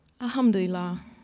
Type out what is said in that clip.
Alhamdulillah